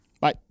bye